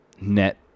net